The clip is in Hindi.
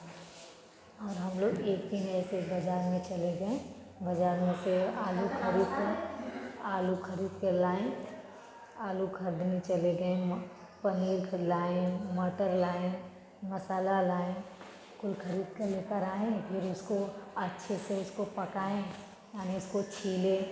और हम लोग एक दिन ऐसे बाज़ार में चले गए बाज़ार में से आलू खरीद आलू खरीद कर लाए आलू खरीदने चले गए वहाँ पनीर फिर लाए मटर लाए मसाला लाए कुल खरीद कर लेकर आए फिर उसको अच्छे से उसको पकाए यानी उसको छीले